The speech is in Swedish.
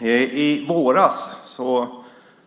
I våras